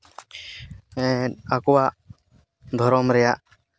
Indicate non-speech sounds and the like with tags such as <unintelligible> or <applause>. <unintelligible> ᱟᱠᱚᱣᱟᱜ ᱫᱷᱚᱨᱚᱢ ᱨᱮᱭᱟᱜ